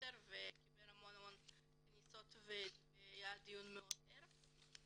ובטוויטר וקיבל המון כניסות והיה דיון מאוד ער עליו.